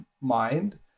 mind